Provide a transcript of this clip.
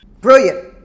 Brilliant